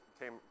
came